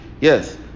Yes